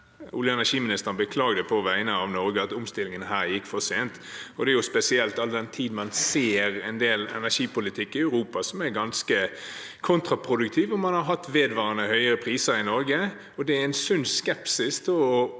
olje- og energiministeren beklaget på vegne av Norge at omstillingen her gikk for sent. Og det er jo spesielt, all den tid man ser en del energipolitikk i Europa som er ganske kontraproduktiv, og man har hatt vedvarende høye priser i Norge. Da er det en sunn skepsis å